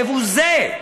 מבוזה.